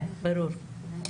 כן, ברור.